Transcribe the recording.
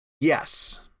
Yes